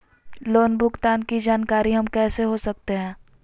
Loan भुगतान की जानकारी हम कैसे हो सकते हैं?